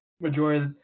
majority